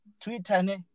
Twitter